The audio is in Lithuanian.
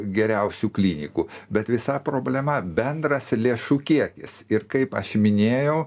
geriausių klinikų bet visa problema bendras lėšų kiekis ir kaip aš minėjau